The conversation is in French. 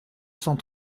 cent